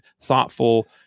thoughtful